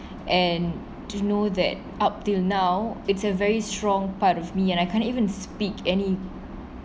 and to know that up till now it's a very strong part of me and I can't even speak any